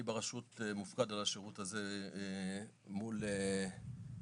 אני ברשות מופקד על השירות הזה מול האגודות